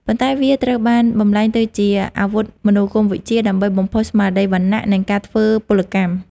ប៉ុន្តែវាត្រូវបានបំប្លែងទៅជា អាវុធមនោគមវិជ្ជា ដើម្បីបំផុសស្មារតីវណ្ណៈ និងការធ្វើពលកម្ម។